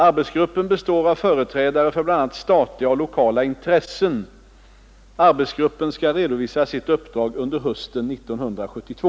Arbetsgruppen består av företrädare för bl.a. statliga och lokala intressen. Arbetsgruppen skall redovisa sitt uppdrag under hösten 1972.